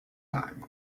time